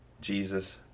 jesus